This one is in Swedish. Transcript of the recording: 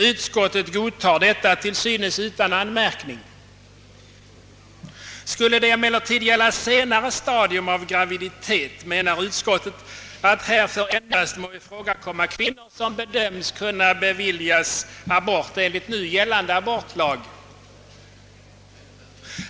Utskottet godtar detta till synes utan anmärkning. Skulle det emellertid gälla senare stadium av graviditet menar utskottet att härför endast må ifrågakomma kwinnor som bedöms kunna beviljas abort enligt nu gällande abortlag.